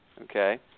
Okay